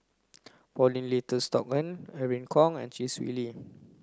Paulin Tay Straughan Irene Khong and Chee Swee Lee